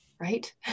right